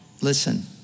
Listen